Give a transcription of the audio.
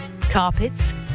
carpets